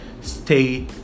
stay